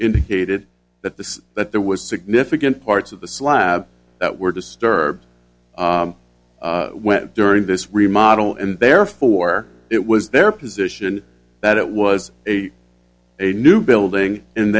indicated that the that there was significant parts of the slab that were disturbed when during this remodel and therefore it was their position that it was a a new building